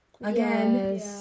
Again